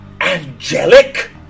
angelic